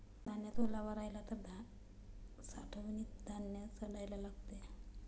धान्यात ओलावा राहिला तर साठवणीत धान्य सडायला लागेल